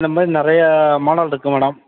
இந்த மாதிரி நிறையா மாடல் இருக்கு மேடம்